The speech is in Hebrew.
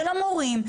של המורים.